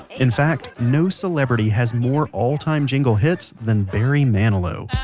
in fact, no celebrity has more all-time jingle hits than barry manilow.